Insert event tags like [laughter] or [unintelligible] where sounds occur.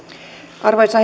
arvoisa [unintelligible]